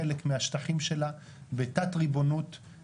למשל פרשת הסוהרות במקומות כאלה נדרש פיקוח מאוד מאוד הדוק.